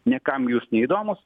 niekam jūs neįdomūs